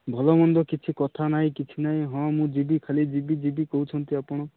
ଭଲ ମନ୍ଦ କିଛି କଥା ନାଇଁ କିଛି ନାଇଁ ହଁ ମୁଁ ଯିବି ଖାଲି ଯିବି ଯିବି କହୁଛନ୍ତି ଆପଣ